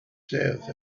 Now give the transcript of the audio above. south